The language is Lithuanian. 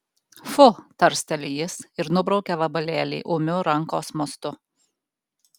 fu tarsteli jis ir nubraukia vabalėlį ūmiu rankos mostu